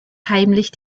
heimlich